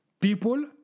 people